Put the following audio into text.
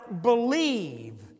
believe